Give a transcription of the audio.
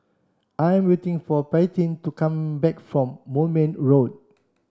I'm waiting for Paityn to come back from Moulmein Road